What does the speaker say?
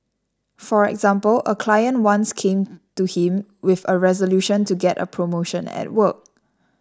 for example a client once came to him with a resolution to get a promotion at work